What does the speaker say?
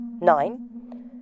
Nine